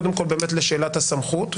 קודם כול באמת לשאלת הסמכות,